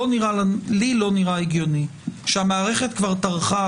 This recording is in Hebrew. לי לא נראה הגיוני כשהמערכת כבר טרחה